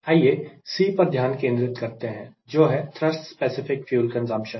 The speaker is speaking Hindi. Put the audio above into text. आइए C पर ध्यान केंद्रित करते हैं जो है थ्रस्ट स्पेसिफिक फ्यूल कंजप्शन